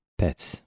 pets